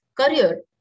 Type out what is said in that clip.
career